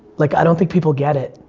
like i don't think people get it.